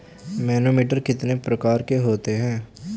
Manometer कितने प्रकार के होते हैं?